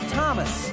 Thomas